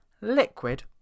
liquid